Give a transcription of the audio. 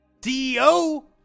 CEO